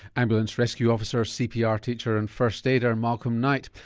ambulance rescue officer, cpr teacher and first-aider, malcolm knight,